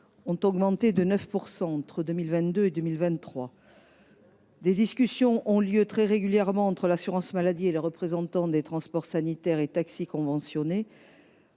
ont augmenté de 9 % entre 2022 et 2023. Des discussions ayant lieu régulièrement entre l’assurance maladie et les représentants des transports sanitaires et taxis conventionnés,